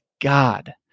God